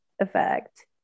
effect